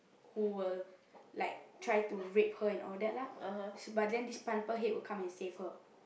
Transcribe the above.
who will like try to rape her and all that lah but then this Pineapple Head will come and save her